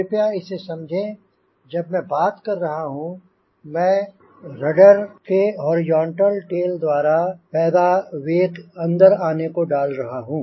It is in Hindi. कृपया इसे समझें जब मैं बात कर रहा हूंँ मैं रडर के होरिजेंटल टेल द्वारा पैदा वेक अंदर आने को डाल रहा हूंँ